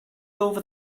over